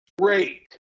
great